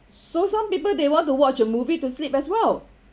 so some people they want to watch a movie to sleep as well